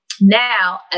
now